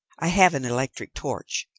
i have an electric torch,